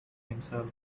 himself